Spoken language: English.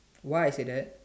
why I say that